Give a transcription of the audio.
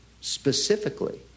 specifically